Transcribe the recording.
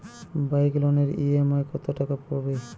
Bike লোনের EMI কত টাকা পড়বে?